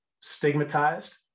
stigmatized